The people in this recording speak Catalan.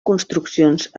construccions